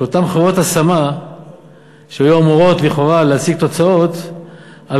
שאותן חברות השמה היו אמורות לכאורה להשיג תוצאות על